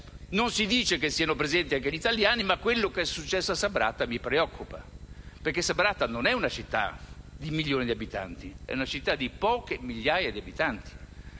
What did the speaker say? non si dice che sono presenti anche gli italiani). Quanto successo a Sabrata mi preoccupa perché non è una città di milioni di abitanti. È una città con poche migliaia di abitanti.